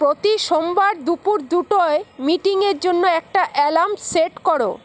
প্রতি সোমবার দুপুর দুটোয় মিটিংয়ের জন্য একটা অ্যালাৰ্ম সেট করো